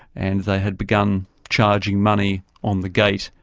and they had begun charging money on the gate,